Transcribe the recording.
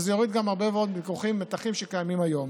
וזה גם יוריד הרבה ויכוחים ומתחים שקיימים היום.